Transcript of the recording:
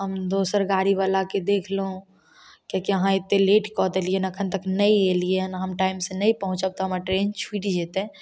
हम दोसर गाड़ी बलाके देखलहुॅं किएकि अहाँ एतेक लेट कऽ देलिए अखन तक नहि एलिए हन हम टाइम से नहि पहुँचब तऽ हमर ट्रेन छूटि जेतै